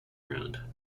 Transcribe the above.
round